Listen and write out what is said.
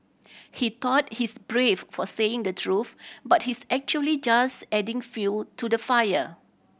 he thought he's brave for saying the truth but he's actually just adding fuel to the fire